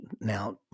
Now